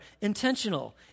intentional